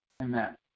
Amen